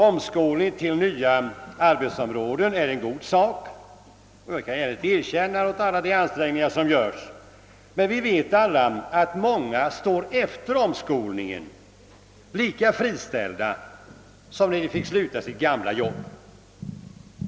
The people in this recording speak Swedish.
Omskolning för nya arbetsuppgifter är en god sak, och man kan ge ett erkännande för alla de ansträngningar som görs, men vi vet alla att många efter omskolningen står lika friställda som när de slutade sitt gamla jobb.